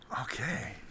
Okay